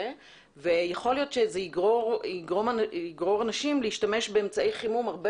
ויכול להיות שזה יגרור אנשים להשתמש באמצעי חימום הרבה